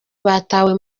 batawe